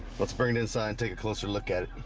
let's bring it inside take a closer look at